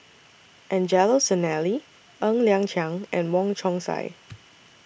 Angelo Sanelli Ng Liang Chiang and Wong Chong Sai